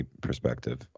perspective